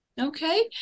Okay